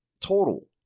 total